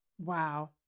wow